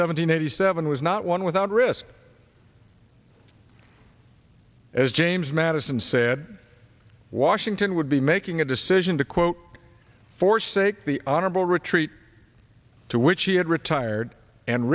eighty seven was not one without risk as james madison said washington would be making a decision to quote forsake the honorable retreat to which he had retired and